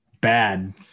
bad